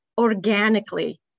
organically